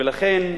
ולכן,